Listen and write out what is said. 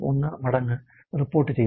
0001 മടങ്ങ് റിപ്പോർട്ടുചെയ്തു